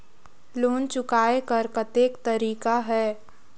Loan चुकाय कर कतेक तरीका है?